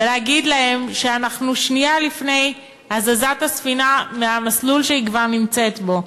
ולהגיד להם שאנחנו שנייה לפני הזזת הספינה מהמסלול שהיא כבר נמצאת בו.